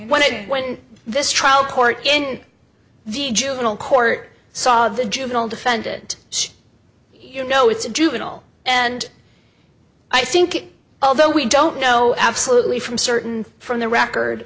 and when this trial court in the juvenile court saw the juvenile defendant you know it's a juvenile and i think it although we don't know absolutely from certain from the record